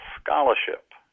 scholarship